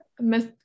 Miss